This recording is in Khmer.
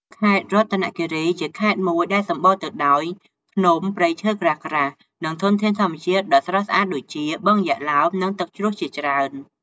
ខេត្តរតនគិរី ជាខេត្តមួយដែលសម្បូរទៅដោយភ្នំ ព្រៃឈើក្រាស់ៗ និងធនធានធម្មជាតិដ៏ស្រស់ស្អាតដូចជា បឹងយក្សឡោម និងទឹកជ្រោះជាច្រើន។